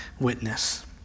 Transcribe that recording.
witness